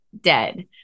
dead